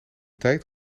tijd